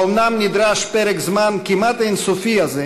האומנם נדרש פרק זמן כמעט אין-סופי זה,